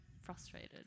frustrated